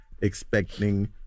expecting